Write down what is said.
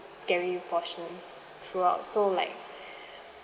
scary portions throughout so like